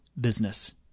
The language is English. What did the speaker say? business